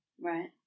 right